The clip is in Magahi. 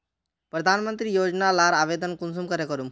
प्रधानमंत्री योजना लार आवेदन कुंसम करे करूम?